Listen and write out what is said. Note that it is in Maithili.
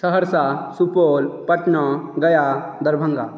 सहरसा सुपौल पटना गया दरभङ्गा